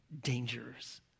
dangers